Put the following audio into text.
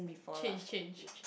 change change